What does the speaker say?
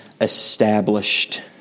established